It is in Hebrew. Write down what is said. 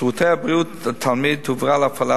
שירותי הבריאות לתלמיד הועברו להפעלה